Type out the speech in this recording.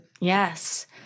Yes